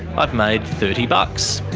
i've made thirty bucks.